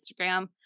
Instagram